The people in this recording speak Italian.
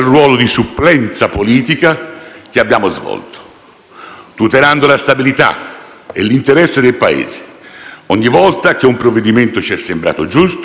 tutelando la stabilità e l'interesse del Paese. Ogni volta che un provvedimento ci è sembrato giusto e andare nella giusta direzione lo abbiamo sostenuto,